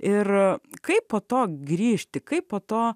ir kaip po to grįžti kaip po to